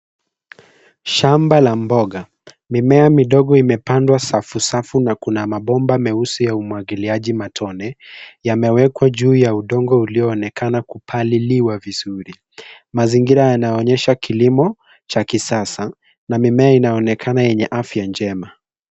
Shamba la mboga; mimea midogo imepandwa safu, safu na kuna mabomba meusi ya umwagiliaji matone yamewekwa juu ya udongo ulionekana kupaliliwa vizuri. Mazingira yanayoonyesha kilimo cha kisasa, na mimea inaonekana yenye afya njema.